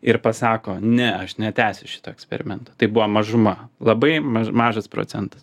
ir pasako ne aš netęsiu šito eksperimento tai buvo mažuma labai mažas procentas